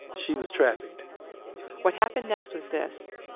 she was trafficked what happened next was this,